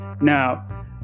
Now